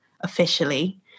officially